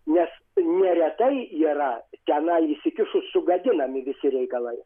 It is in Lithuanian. nes neretai yra tenai įsikišus sugadinami visi reikalai